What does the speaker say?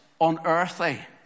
unearthly